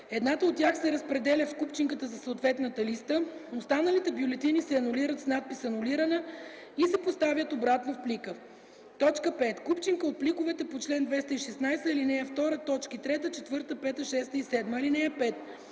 едната от тях се разпределя в купчинката за съответната листа; останалите бюлетини се анулират с надпис "анулирана" и се поставят обратно в плика; 5. купчинка от пликовете по чл. 216, ал. 2, т. 3, 4, 5, 6 и 7. (5)